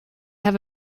have